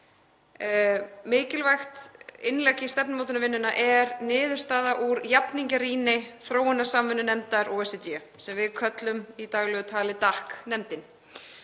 Mikilvægt innlegg í stefnumótunarvinnuna er niðurstaða úr jafningjarýni þróunarsamvinnunefndar OECD, sem við köllum í daglegu tali DAC-nefndina.